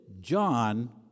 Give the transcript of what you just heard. John